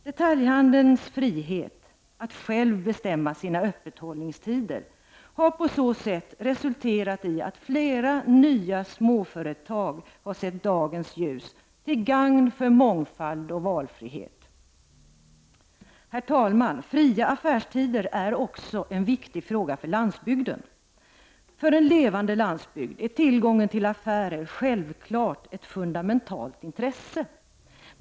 Detaljhandelns frihet att själv bestämma sina öppethållningstider har på så sätt resulterat i att flera nya småföretag har sett dagens ljus till gagn för mångfald och valfrihet. Herr talman! Fria affärstider är också en viktig fråga för landsbygden. För en levande landsbygd är tillgången till affärer självfallet ett fundamentalt intresse.